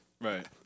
Right